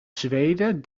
zweden